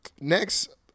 next